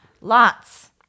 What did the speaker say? Lots